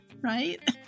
Right